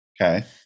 Okay